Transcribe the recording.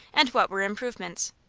and what were improvements.